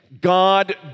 God